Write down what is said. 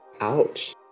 Ouch